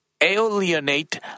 alienate